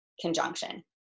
conjunction